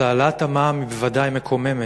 אז העלאת המע"מ היא בוודאי מקוממת,